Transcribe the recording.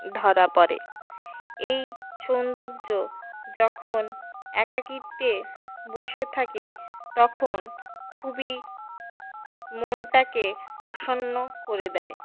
ধরা পড়ে এই সৌন্দর্য যখন একাকিত্বে বসে থাকি তখন খুবই মনটাকে প্রসন্ন করে দেয়